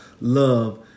love